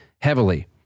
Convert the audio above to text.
heavily